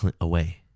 away